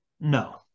No